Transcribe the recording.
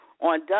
on